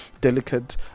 delicate